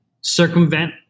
circumvent